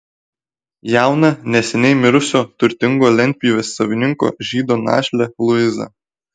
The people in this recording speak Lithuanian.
jauną neseniai mirusio turtingo lentpjūvės savininko žydo našlę luizą